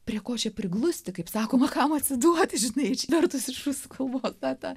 prie ko čia priglusti kaip sakoma kam atsiduoti žinai išvertus iš rusų kalbos apie